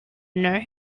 know